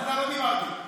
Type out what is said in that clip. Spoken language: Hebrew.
לא דיברתי,